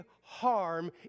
harm